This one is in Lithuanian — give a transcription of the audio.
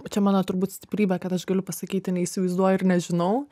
čia mano turbūt stiprybė kad aš galiu pasakyti neįsivaizduoju ir nežinau